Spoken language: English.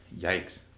Yikes